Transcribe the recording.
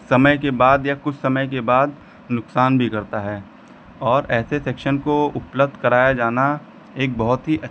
समय के बाद या कुछ समय के बाद नुकसान भी करता है और ऐसे सेक्शन को उपलब्ध कराया जाना एक बहुत ही अच्छी बात है